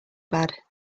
bad